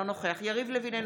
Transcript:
אינו נוכח יריב לוין,